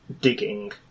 digging